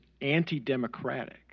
anti-democratic